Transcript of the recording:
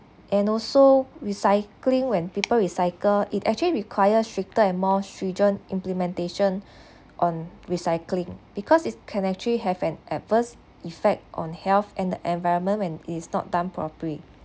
and also recycling when people recycle it actually require stricter and more stringent implementation on recycling because it can actually have an adverse effect on health and the environment when it is not done properly